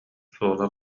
суола